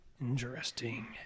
Interesting